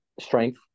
strength